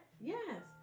Yes